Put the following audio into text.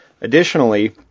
Additionally